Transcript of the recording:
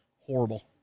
Horrible